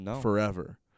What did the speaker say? forever